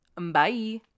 bye